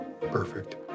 Perfect